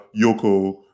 Yoko